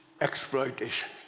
exploitation